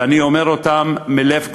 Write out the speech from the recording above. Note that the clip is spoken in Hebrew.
ואני אומר אותם מלב כואב.